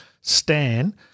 Stan